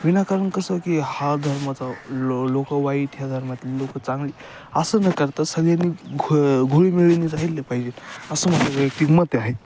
विनाकारण कसं की हा धर्मचा लो लोकं वाईट ह्या धर्मातील लोकं चांगली असं न करता सगळ्यांनी घु घुळीमळीने राहिले पाहिजे असं मला वैयक्तिक मत आहे